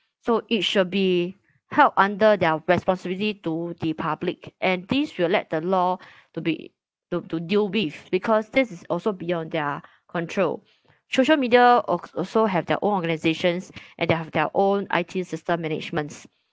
so it shall be held under their responsibility to the public and these will let the law to be to to deal with because this is also beyond their control social media ac~ also have their own organisations and they have their own I_T system managements